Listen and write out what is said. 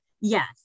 Yes